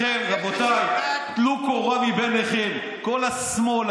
לכן, רבותיי, טלו קורה מבין עיניכם, כל השמאל.